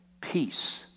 peace